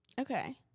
Okay